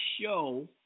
show